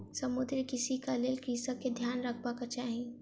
समुद्रीय कृषिक लेल कृषक के ध्यान रखबाक चाही